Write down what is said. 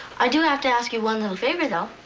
i do have to ask you one little favor though.